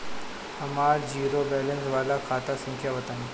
हमर zero balance वाला खाता संख्या बताई?